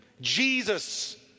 Jesus